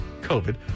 covid